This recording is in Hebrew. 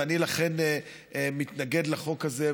ולכן אני מתנגד לחוק הזה,